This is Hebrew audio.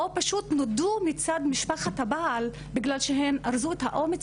או פשוט נודו מצד משפחת הבעל בגלל שהן אזרו את האומץ